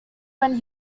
when